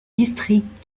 district